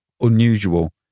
unusual